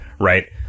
Right